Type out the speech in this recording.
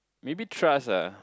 maybe trust ah